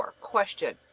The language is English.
Question